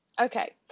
Okay